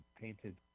painted